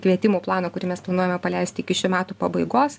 kvietimų plano kurį mes planuojame paleisti iki šių metų pabaigos